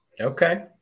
Okay